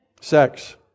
Sex